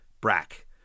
Brack